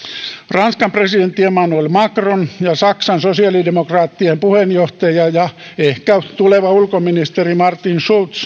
ranskan presidentti emmanuel macron ja saksan sosiaalidemokraattien puheenjohtaja ja ehkä tuleva ulkoministeri martin schulz